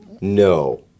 No